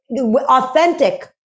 Authentic